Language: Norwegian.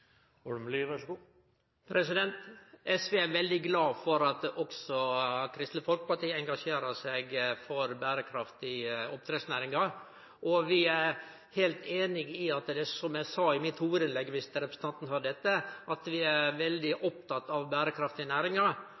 SV er veldig glad for at òg Kristeleg Folkeparti engasjerer seg for berekraftige oppdrettsnæringar, og vi er – som eg sa i mitt hovudinnlegg, viss representanten hadde høyrt etter – veldig opptekne av berekraftige næringar.